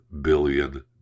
billion